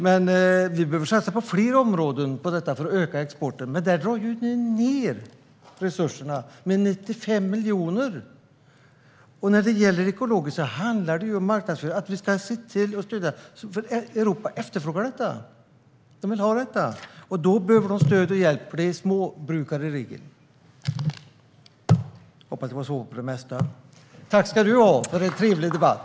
Men man behöver satsa på fler områden för att öka exporten, men där drar ni ju ned på resurserna med 95 miljoner. När det gäller ekologiskt handlar det om marknadsföring. Vi ska se till att stödja det, för Europa efterfrågar detta. Man vill ha ekologiskt. Då behövs det stöd och hjälp, för i regel gäller det småbrukare. Tack ska du ha för en trevlig debatt!